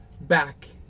back